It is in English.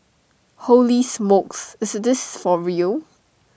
holy smokes is this for real